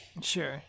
Sure